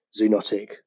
zoonotic